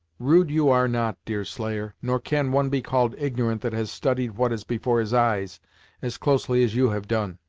rude you are not, deerslayer, nor can one be called ignorant that has studied what is before his eyes as closely as you have done.